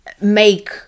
make